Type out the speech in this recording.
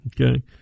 Okay